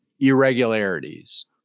irregularities